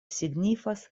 signifas